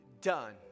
done